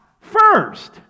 First